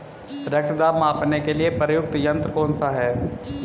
रक्त दाब मापने के लिए प्रयुक्त यंत्र कौन सा है?